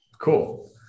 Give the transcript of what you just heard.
Cool